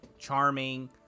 charming